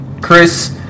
Chris